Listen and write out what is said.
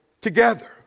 together